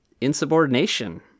Insubordination